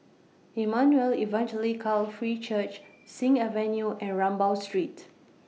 Emmanuel Evangelical Free Church Sing Avenue and Rambau Street